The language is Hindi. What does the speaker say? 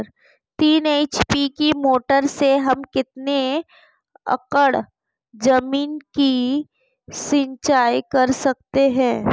तीन एच.पी की मोटर से हम कितनी एकड़ ज़मीन की सिंचाई कर सकते हैं?